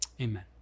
amen